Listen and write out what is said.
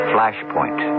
Flashpoint